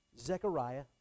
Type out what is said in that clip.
Zechariah